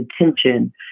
intention